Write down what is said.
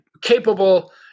capable